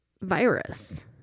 virus